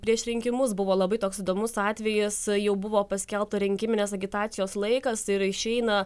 prieš rinkimus buvo labai toks įdomus atvejis jau buvo paskelbta rinkiminės agitacijos laikas ir išeina